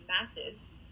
masses